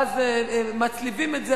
ואז מצליבים את זה,